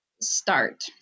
start